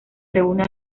reúne